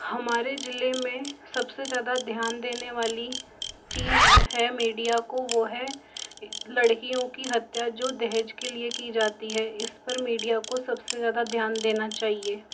हमारे ज़िले में सबसे ज्यादा ध्यान देने वाली चीज़ है मीडिया को वो है लड़कियों की हत्त्या जो दहेज के लिए की जाती है इस पर मीडिया को सबसे ज़्यादा ध्यान देना चाहिए